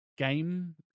game